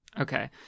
Okay